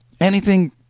Anything